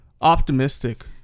optimistic